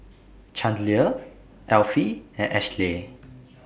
Chandler Elfie and Ashleigh